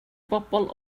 bobl